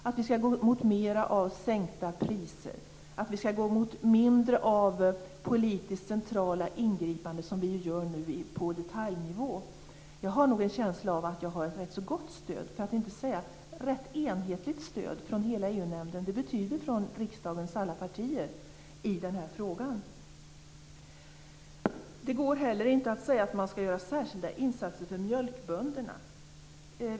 Det skall vara mera av sänkta priser och mindre av sådana politiska centrala ingripanden som vi nu gör på detaljnivå. Jag har nog en känsla av att jag har ett rätt så gott stöd, för att inte säga ett rätt så enhetligt stöd från hela EU-nämnden, vilket innebär från riksdagens alla partier, i den här frågan. Det går inte heller att säga att man skall göra särskilda insatser för mjölkbönderna.